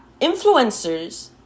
influencers